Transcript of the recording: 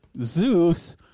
Zeus